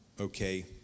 Okay